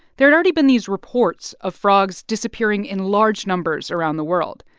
there had already been these reports of frogs disappearing in large numbers around the world.